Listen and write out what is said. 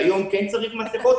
והיום אומר שכן צריך מסכות,